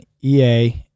EA